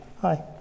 Hi